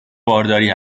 بارداری